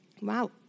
wow